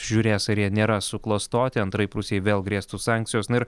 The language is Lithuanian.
žiūrės ar jie nėra suklastoti antraip rusijai vėl grėstų sankcijos na ir